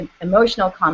emotional